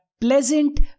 pleasant